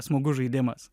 smagus žaidimas